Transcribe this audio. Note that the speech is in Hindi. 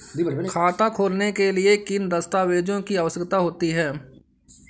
खाता खोलने के लिए किन दस्तावेजों की आवश्यकता होती है?